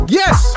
yes